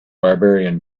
barbarian